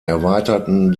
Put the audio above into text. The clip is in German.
erweiterten